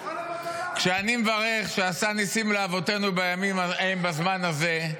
כשאני מברך "שעשה ניסים לאבותינו בימים ההם בזמן הזה",